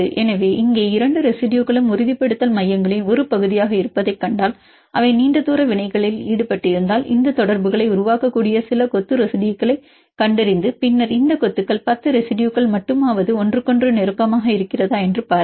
எனவே இங்கே இரண்டு ரெசிடுயுகளும் உறுதிப்படுத்தல் மையங்களின் ஒரு பகுதியாக இருப்பதைக் கண்டால் அவை நீண்ட தூர இடைவினைகளில் ஈடுபட்டிருந்தால் இந்த தொடர்புகளை உருவாக்கக்கூடிய சில கொத்து ரெசிடுயுகளைக் கண்டறிந்து பின்னர் இந்த கொத்துகள் 10 ரெசிடுயுகள் மட்டுமாவது ஒன்றுக்கொன்று நெருக்கமாக இருக்கிறதா என்று பாருங்கள்